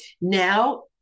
Now